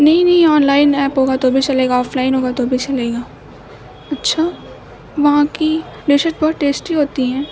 نہیں نہیں online app ہوگا تو بھی چلے گا آف لائن ہوگا تو بھی چلے گا اچھا وہاں کی ڈشز بہت ٹیسٹی ہوتی ہیں